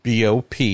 BOP